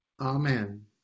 Amen